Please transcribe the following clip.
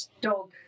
dog